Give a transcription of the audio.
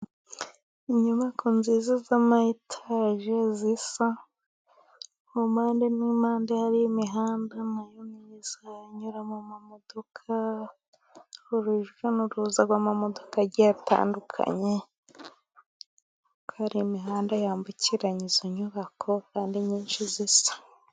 Inyubako nziza z'amayetaje zisa, ku mpande n'impande hariho imihanda na yo myiza inyuramo amamodoka, urujya n'uruza rw'amamodoka agiye atandukanye, kubera imihanda yambukiranye izo nyubako kandi nyinshi zisa.